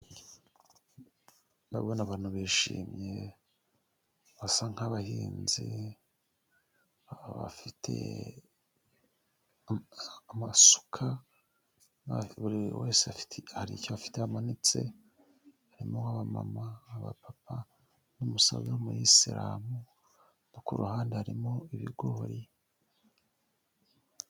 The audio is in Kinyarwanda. Ndabona abantu bishimye basa nk'abahinzi bafite amasuka, buri wese hari icyo bafite amanitse, harimo abama, abapapa, n'umusaza w'umuyisiramu. no ku ruhande harimo ibigoyi.